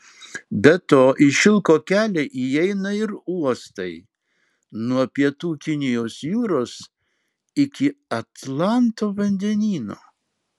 be to į šilko kelią įeina ir uostai nuo pietų kinijos jūros iki atlanto vandenyno